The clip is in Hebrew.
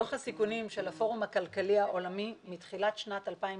דוח הסיכונים של הפורום הכלכלי העולמי מתחילת שנת 2020